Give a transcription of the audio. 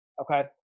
Okay